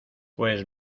pues